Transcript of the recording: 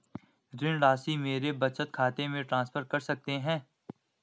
ऋण राशि मेरे बचत खाते में ट्रांसफर कर सकते हैं?